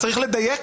צריך לדייק.